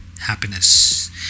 happiness